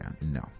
no